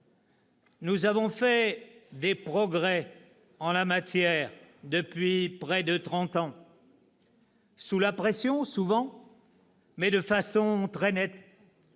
Nous avons fait des progrès en la matière depuis près de trente ans, sous la pression souvent, mais de façon très nette.